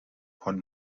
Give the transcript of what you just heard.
von